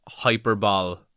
Hyperball